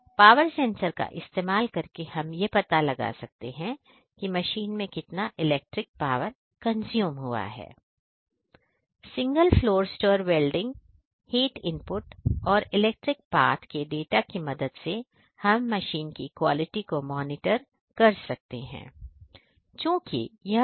power sensor का इस्तेमाल करके हमें यह पता लग सकता है कि यह मशीन में कितना इलेक्ट्रिक पावर कंज्यूम किया है